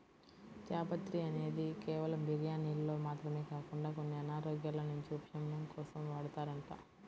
జాపత్రి అనేది కేవలం బిర్యానీల్లో మాత్రమే కాకుండా కొన్ని అనారోగ్యాల నుంచి ఉపశమనం కోసం వాడతారంట